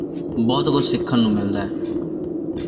ਬਹੁਤ ਕੁਝ ਸਿੱਖਣ ਨੂੰ ਮਿਲਦਾ